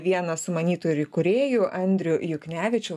vieną sumanytojų ir įkūrėjų andrių juknevičių